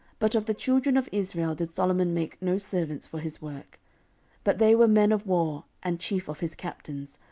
but of the children of israel did solomon make no servants for his work but they were men of war, and chief of his captains,